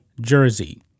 jersey